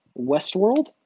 Westworld